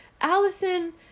Allison